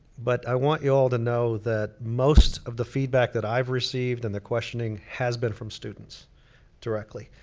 but i want you all to know that most of the feedback that i've received and the questioning has been from students directly.